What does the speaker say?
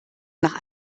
nach